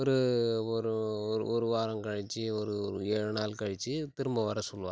ஒரு ஒரு ஒரு ஒரு வாரம் கழிச்சு ஒரு ஒரு ஏழு நாள் கழிச்சு திரும்ப வரச் சொல்லுவாங்க